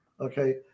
Okay